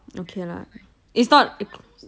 okay lah it's not